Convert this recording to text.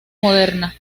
moderna